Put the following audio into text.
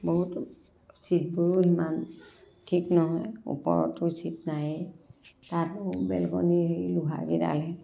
বহুত চীটবোৰ সিমান ঠিক নহয় ওপৰতো চীট নায়ে তাত বেলকনী সেই লোহাৰ কেইডালহে